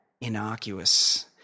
innocuous